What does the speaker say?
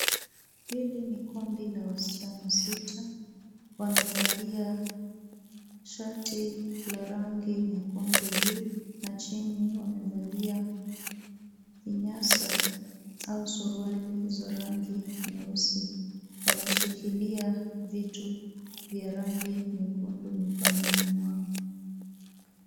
Hili ni kundi la wasichana sita. Wamevalia shati la rangi nyekundu juu, na chini wamevalia vinyasa au suruali za rangi nyeusi. Wameshikilia vitu vya rangi nyekundu mikononi mwao.